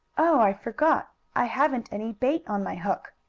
oh, i forgot! i haven't any bait on my hook!